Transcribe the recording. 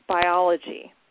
biology